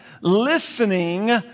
listening